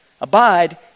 Abide